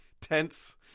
tense